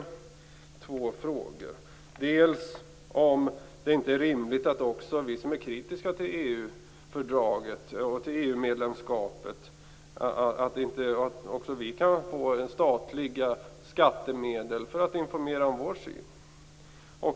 Den första frågan är om det inte är rimligt att också vi som är kritiska till EU-fördraget och till EU medlemskapet kan få statliga skattemedel för att informera om vår syn.